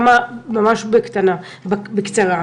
ממש בקצרה.